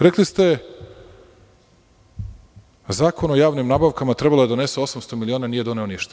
Rekli ste – Zakon o javnim nabavkama trebalo je da donese 800 miliona, a nije doneo ništa.